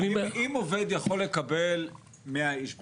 אבל אם עובד יכול לקבל 100 איש ביום.